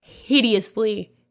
Hideously